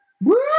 Woo